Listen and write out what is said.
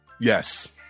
Yes